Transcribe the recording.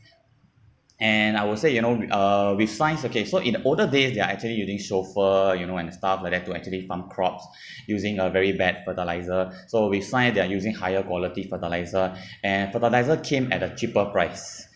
and I will say you know wi~ uh with science okay so in older days they're actually using chauffeur you know and stuff like that to actually farm crops using a very bad fertiliser so with science they are using higher quality fertiliser and fertiliser came at a cheaper price